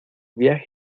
viaje